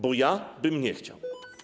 Bo ja bym nie chciał.